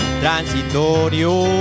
Transitorio